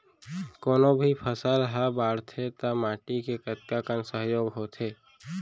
कोनो भी फसल हा बड़थे ता माटी के कतका कन सहयोग होथे?